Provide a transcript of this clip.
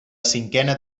cinquena